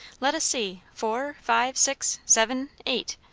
let us see. four, five, six seven eight.